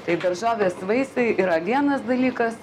tai daržovės vaisiai yra vienas dalykas